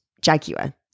jaguar